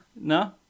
No